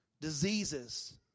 diseases